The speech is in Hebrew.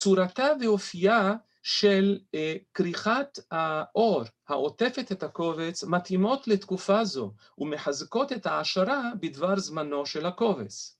‫צורתה ואופייה של כריכת העור ‫העוטפת את הקובץ מתאימות לתקופה זו ‫ומחזקות את ההשערה ‫בדבר זמנו של הקובץ.